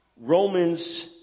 Romans